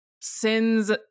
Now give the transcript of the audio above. sins